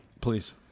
Please